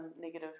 negative